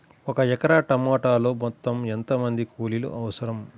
ఒక ఎకరా టమాటలో మొత్తం ఎంత మంది కూలీలు అవసరం?